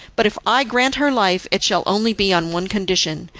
but if i grant her life it shall only be on one condition,